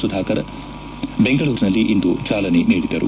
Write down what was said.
ಸುಧಾಕರ್ ಬೆಂಗಳೂರಿನಲ್ಲಿಂದು ಚಾಲನೆ ನೀಡಿದರು